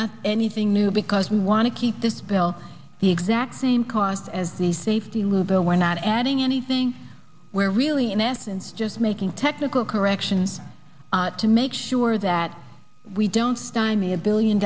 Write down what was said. not anything new because we want to keep this bill the exact same cost as the safety loop or we're not adding anything we're really in essence just making technical corrections to make sure that we don't stein me a billion